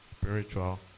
Spiritual